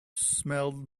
smelled